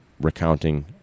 recounting